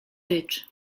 rycz